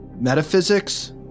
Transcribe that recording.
Metaphysics